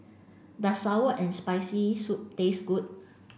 does sour and spicy soup taste good